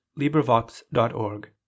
LibriVox.org